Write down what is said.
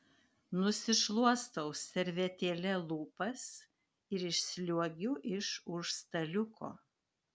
nusišluostau servetėle lūpas ir išsliuogiu iš už staliuko